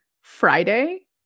Friday